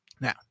Now